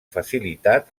facilitat